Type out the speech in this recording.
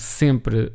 sempre